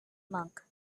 monk